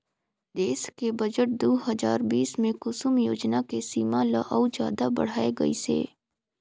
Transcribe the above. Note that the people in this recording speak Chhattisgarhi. देस के बजट दू हजार बीस मे कुसुम योजना के सीमा ल अउ जादा बढाए गइसे